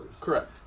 Correct